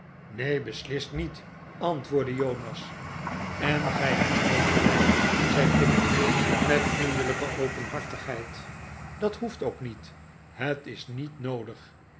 neen beslist niet antwoordde jonas en gij hebt groot gelijk zei tigg met vriendelijke openhartigheid dat hoeft ook niet het is niet noodig